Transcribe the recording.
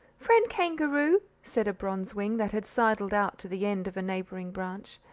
friend kangaroo, said a bronze-wing that had sidled out to the end of a neighbouring branch,